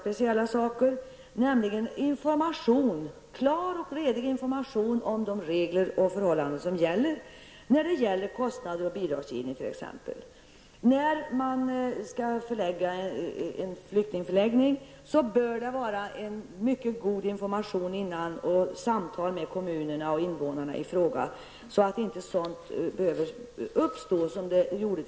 Det handlar då t.ex. om kravet på en klar och redig information om vilka regler och förhållanden som gäller beträffande exempelvis kostnader och bidragsgivning. Lokalisering av en flyktingförläggning bör föregås av mycket god information och samtal med både den berörda kommunen och invånarna där -- detta för att det inte skall bli som i Kimsta.